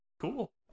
Cool